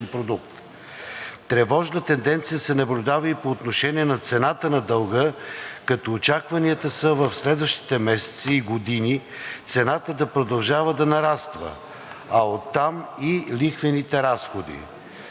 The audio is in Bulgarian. Тревожна тенденция се наблюдава и по отношение на цената на дълга, като очакванията са в следващите месеци и години цената да продължава да нараства, а оттам и лихвените разходи.